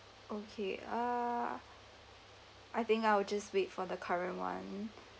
okay uh I think I will just wait for the current one